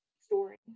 story